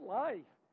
life